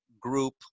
group